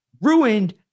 ruined